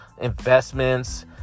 investments